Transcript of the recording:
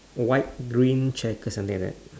white green checkered something like that